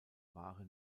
ware